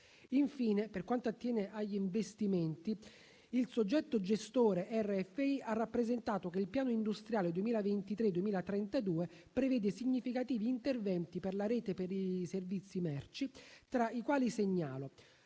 Infine, per quanto attiene agli investimenti, il soggetto gestore Rete ferroviaria italiana ha rappresentato che il piano industriale 2023-2032 prevede significativi interventi per la rete per i servizi merci, tra i quali segnalo: